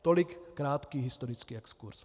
Tolik krátký historický exkurz.